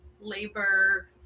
labor